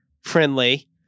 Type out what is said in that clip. friendly